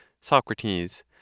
SOCRATES